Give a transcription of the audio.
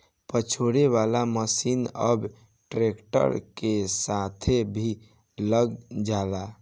पछोरे वाला मशीन अब ट्रैक्टर के साथे भी लग जाला